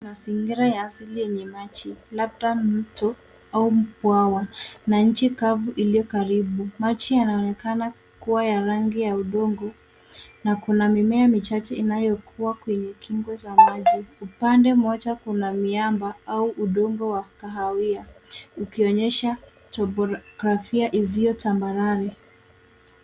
Mazingira ya asili enye maji labda mto au mbwa na inchi kafu ilio karibu, maji yanaonekana kuwa ya rangi ya udongo na kuna mimea michache inayokua kwenye kingo cha maji, pande moja kuna miamba au udongo wa kahawia ukionyesha demografia hizio tambarare.